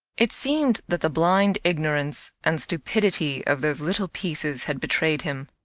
it seemed that the blind ignorance and stupidity of those little pieces had betrayed him.